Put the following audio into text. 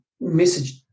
message